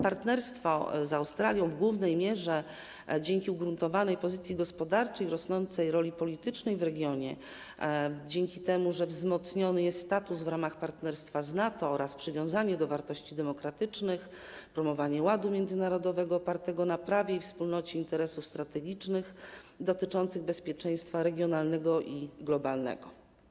Partnerstwo z Australią utrzymuje się w głównej mierze dzięki ugruntowanej pozycji gospodarczej, rosnącej roli politycznej w regionie, dzięki temu, że wzmocniony jest status w ramach partnerstwa z NATO oraz dzięki przywiązaniu do wartości demokratycznych, a także promowaniu ładu międzynarodowego opartego na prawie i wspólnocie interesów strategicznych dotyczących bezpieczeństwa regionalnego i globalnego.